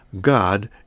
God